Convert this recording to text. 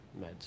Meds